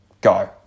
go